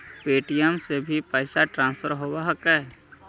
Paytm से भी पैसा ट्रांसफर होवहकै?